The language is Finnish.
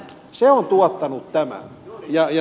se on tuottanut tämän